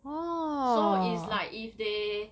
so is like if they